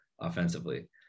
offensively